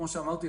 כמו שאמרתי,